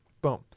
Boom